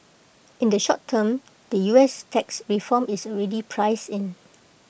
in the short term the U S tax reform is already priced in